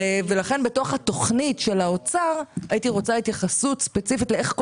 לכן בתכנית של האוצר הייתי רוצה התייחסות איך בולמים,